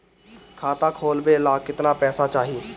खाता खोलबे ला कितना पैसा चाही?